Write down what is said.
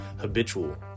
habitual